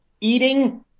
eating